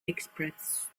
express